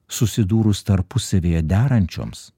susidūrus tarpusavyje derančioms